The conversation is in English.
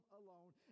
alone